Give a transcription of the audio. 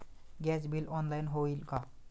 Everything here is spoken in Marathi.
गॅस बिल ऑनलाइन होईल का?